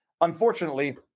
Unfortunately